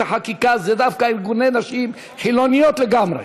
החקיקה היו דווקא ארגוני נשים חילוניות לגמרי.